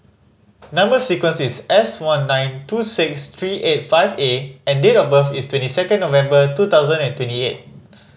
number sequence is S one nine two six three eight five A and date of birth is twenty second November two thousand and twenty eight